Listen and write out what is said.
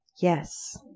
Yes